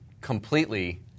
completely